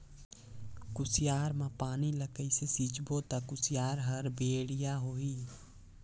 कुसियार मा पानी ला कइसे सिंचबो ता कुसियार हर बेडिया होही?